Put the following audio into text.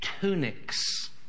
tunics